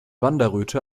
wanderröte